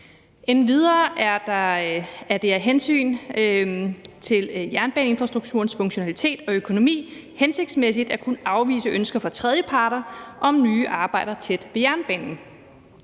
Endvidere er det af hensyn til jernbaneinfrastrukturens funktionalitet og økonomi hensigtsmæssigt at kunne afvise ønsker fra tredjeparter om nye arbejder tæt ved jernbanen.